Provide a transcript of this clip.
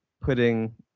putting